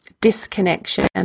disconnection